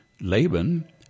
Laban